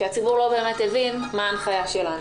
שהציבור לא באמת הבין את ההנחיה שלנו.